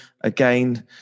again